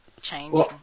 changing